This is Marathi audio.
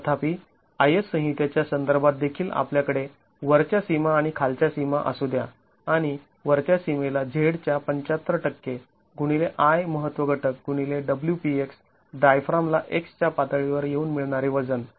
तथापि IS संहितेच्या संदर्भात देखील आपल्याकडे वरच्या सीमा आणि खालच्या सीमा असू द्या आणि वरच्या सीमेला Z च्या ७५ गुणिले I महत्त्व घटक गुणिले w p x डायफ्रामला x च्या पातळीवर येऊन मिळणारे वजन